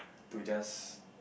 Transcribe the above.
to just